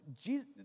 Jesus